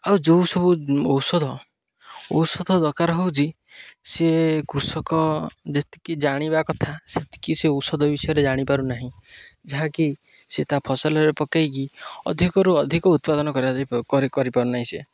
ଆଉ ଯୋଉ ସବୁ ଔଷଧ ଔଷଧ ଦରକାର ହଉଚି ସିଏ କୃଷକ ଯେତିକି ଜାଣିବା କଥା ସେତିକି ସେ ଔଷଧ ବିଷୟରେ ଜାଣିପାରୁନାହିଁ ଯାହାକି ସେଏ ତା ଫସଲରେ ପକେଇକି ଅଧିକରୁ ଅଧିକ ଉତ୍ପାଦନ କରାଯ କରିପାରୁନାହିଁ ସେ